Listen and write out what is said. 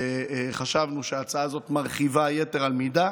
חשבנו שההצעה הזאת מרחיבה יתר על המידה.